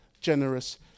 generous